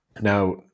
Now